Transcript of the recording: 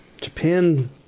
Japan